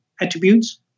attributes